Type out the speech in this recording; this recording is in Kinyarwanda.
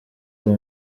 uwo